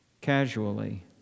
casually